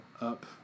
up